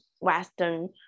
Western